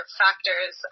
factors